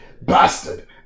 bastard